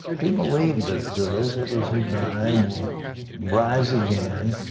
we believe that those of us who die um will rise again,